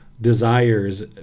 desires